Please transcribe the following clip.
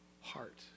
heart